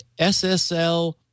SSL